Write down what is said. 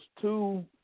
two